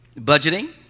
budgeting